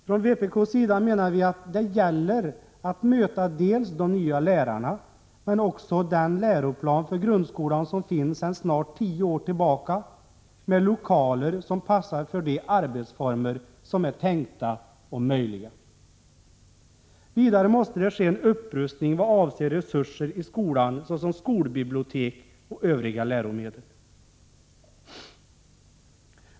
Från vpk:s sida menar vi att det gäller att möta de nya lärarna men också den läroplan för grundskolan som finns sedan snart tio år tillbaka med lokaler som passar för de arbetsformer som är tänkta och möjliga. Vidare måste det ske en upprustning vad avser resurser i skolan såsom skolbibliotek och olika läromedel.